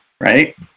right